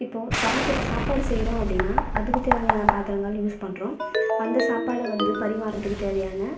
இப்போது சமைக்க சாப்பாடு செய்கிறோம் அப்படின்னால் அதுக்குத் தேவையான பாத்திரங்கள் யூஸ் பண்ணுறோம் அந்த சாப்பாடை வந்து பரிமாறதுக்குத் தேவையான